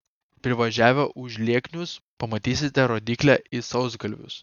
privažiavę užlieknius pamatysite rodyklę į sausgalvius